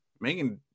Megan